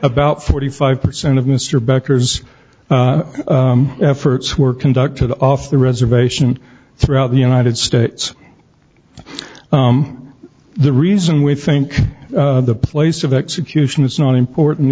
about forty five percent of mr becker's efforts were conducted off the reservation throughout the united states the reason we think the place of execution is not important